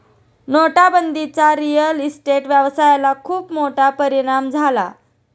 नोटाबंदीचा real estate व्यवसायाला खूप मोठा परिणाम झाला